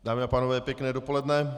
Dámy a pánové, pěkné dopoledne.